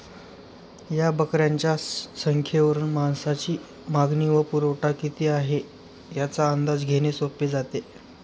या बकऱ्यांच्या संख्येवरून मांसाची मागणी व पुरवठा किती आहे, याचा अंदाज घेणे सोपे जाते